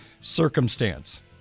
circumstance